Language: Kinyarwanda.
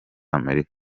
amerika